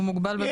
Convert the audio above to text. הוא מוגבל?